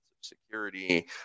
security